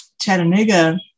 Chattanooga